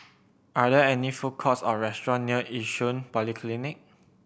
are there any food courts or restaurants near Yishun Polyclinic